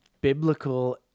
biblical